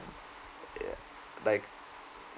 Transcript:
ya like